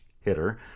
hitter